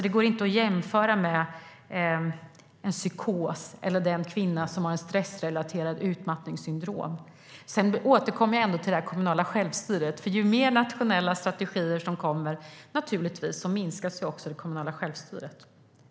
Det går inte att jämföra en psykos och den kvinna som har ett stressrelaterat utmattningssyndrom. Sedan återkommer jag till det kommunala självstyret. Ju mer nationella strategier som kommer, desto mer minskar det kommunala självstyret.